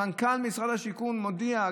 מנכ"ל משרד השיכון מודיע,